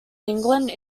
england